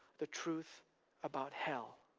the truth about hell.